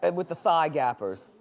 and with the thigh gappers.